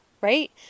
right